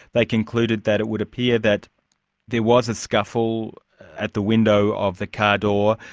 they concluded that it would appear that there was a scuffle at the window of the car door,